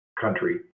country